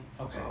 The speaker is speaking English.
Okay